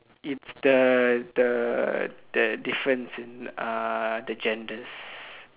it's the the the difference in the uh the genders